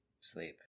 sleep